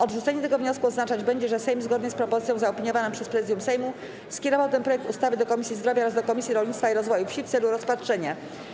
Odrzucenie tego wniosku oznaczać będzie, że Sejm, zgodnie z propozycją zaopiniowaną przez Prezydium Sejmu, skierował ten projekt ustawy do Komisji Zdrowia oraz do Komisji Rolnictwa i Rozwoju Wsi w celu rozpatrzenia.